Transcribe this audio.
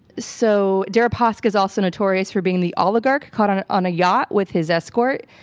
so deripaska is also notorious for being the oligarch caught on on a yacht with his escort,